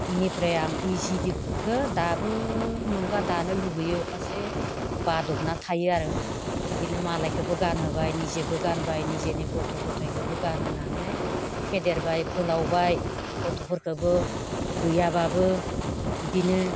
बेनिफ्राय आं बे सिखौ दाबो मोनबा दानो लुबैयो फारसे बादबना थायो आरो बिदिनो मालायखौबो गानहोबाय निजेबो गानबाय निजेनि गथ' गथाइखौबो गानहोनानै फेदेरबाय फोलावबाय गथ'फोरखौबो गैयाबाबो बिदिनो